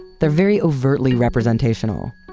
they're very overtly representational.